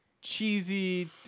cheesy